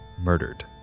murdered